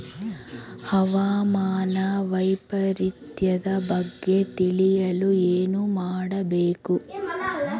ಹವಾಮಾನ ವೈಪರಿತ್ಯದ ಬಗ್ಗೆ ತಿಳಿಯಲು ಏನು ಮಾಡಬೇಕು?